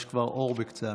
יש כבר אור בקצה המנהרה.